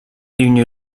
une